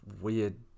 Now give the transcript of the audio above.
weird